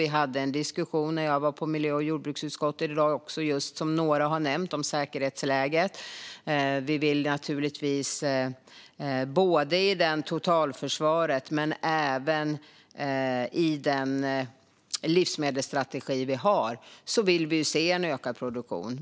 Vi hade en diskussion om säkerhetsläget när jag var hos miljö och jordbruksutskottet, något som flera har nämnt. Vi vill naturligtvis se en ökad produktion både när det gäller totalförsvaret och i den livsmedelsstrategi som vi har.